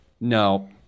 No